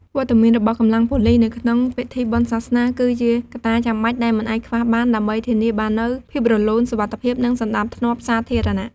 វត្តមានរបស់កម្លាំងប៉ូលិសនៅក្នុងពិធីបុណ្យសាសនា គឺជាកត្តាចាំបាច់ដែលមិនអាចខ្វះបាន ដើម្បីធានាបាននូវភាពរលូន សុវត្ថិភាព និងសណ្តាប់ធ្នាប់សាធារណៈ។